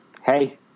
Hey